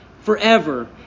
forever